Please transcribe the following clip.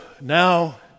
now